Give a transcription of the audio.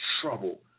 trouble